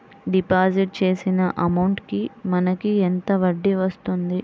Deposit చేసిన amount కి మనకి ఎంత వడ్డీ వస్తుంది?